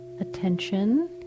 attention